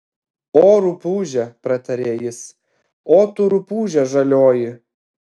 o rupūže pratarė jis o tu rupūže žalioji